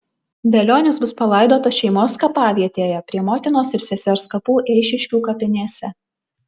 velionis bus palaidotas šeimos kapavietėje prie motinos ir sesers kapų eišiškių kapinėse